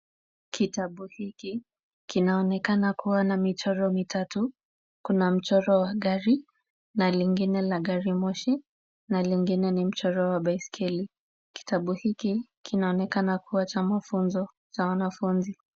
Kitabu hiki kinaonekana kuwa na michoro mitatu, kuna mchoro wa gari, na lingine la gari moshi na lingine ni mchoro wa baiskeli, kitabu hiki kinaonekana kuwa cha mafunzo cha wanafunzi.